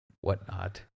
whatnot